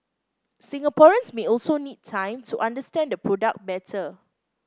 Singaporeans may also need time to understand the product better